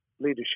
leadership